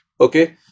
Okay